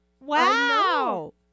wow